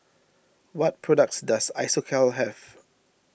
what products does Isocal have